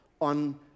on